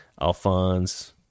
Alphonse